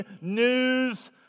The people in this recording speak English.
news